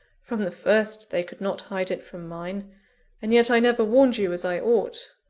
from the first, they could not hide it from mine and yet i never warned you as i ought!